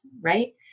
right